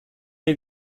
der